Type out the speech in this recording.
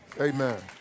Amen